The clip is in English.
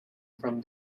from